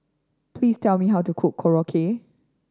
please tell me how to cook Korokke